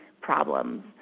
problems